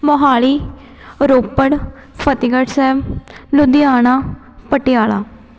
Mohali Ropar Fatehgarh Sahib Ludhiana Patiala